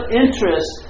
interest